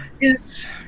Yes